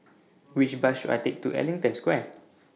Which Bus should I Take to Ellington Square